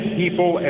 people